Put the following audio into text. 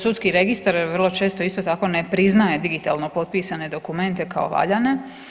Sudski registar vrlo često isto tako ne priznaje digitalno potpisane dokumente kao valjane.